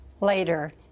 later